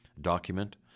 document